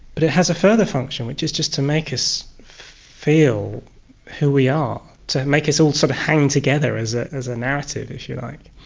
but it has a further function which is just to make us feel who we are, to make us all sort of hang together as ah as a narrative, if you like.